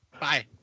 bye